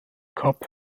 cup